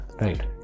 Right